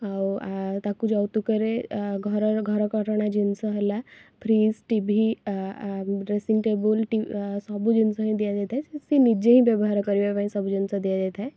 ଆଉ ଆଁ ତାକୁ ଯୌତୁକରେ ଆଁ ଘରର ଘରକରଣା ଜିନିଷ ହେଲା ଫ୍ରିଜ୍ ଟି ଭି ଆ ଆ ଡ୍ରେସିଙ୍ଗ୍ ଟେବୁଲ ଟି ଆ ସବୁଜିନିଷ ହିଁ ଦିଆଯାଇ ଥାଏ ସେ ନିଜେ ହିଁ ବ୍ୟବହାର କରିବା ପାଇଁ ସବୁଜିନିଷ ଦିଆଯାଇ ଥାଏ